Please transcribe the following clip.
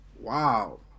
wow